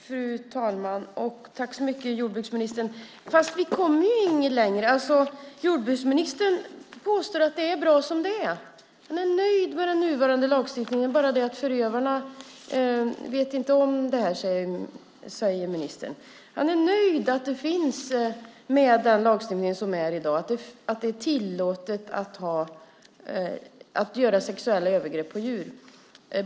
Fru talman! Tack så mycket, jordbruksministern! Men vi kommer ju inte längre. Jordbruksministern påstår att det är bra som det är. Han är nöjd med den nuvarande lagstiftningen. Det är bara det att förövarna inte vet vad som gäller, säger ministern. Han är nöjd med den lagstiftning som finns i dag, att det är tillåtet att begå sexuella övergrepp på djur.